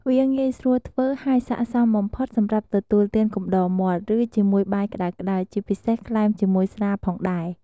វាងាយស្រួលធ្វើ ហើយស័ក្តិសមបំផុតសម្រាប់ទទួលទានកំដរមាត់ ឬជាមួយបាយក្ដៅៗ ជាពិសេសក្លែមជាមួយស្រាផងដែរ។